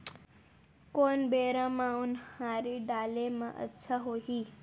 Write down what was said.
कोन बेरा म उनहारी डाले म अच्छा होही?